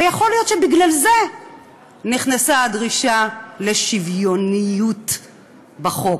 ויכול להיות שבגלל זה נכנסה הדרישה לשוויוניות בחוק.